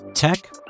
Tech